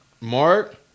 Mark